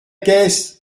caisse